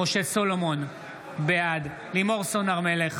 משה סולומון, בעד לימור סון הר מלך,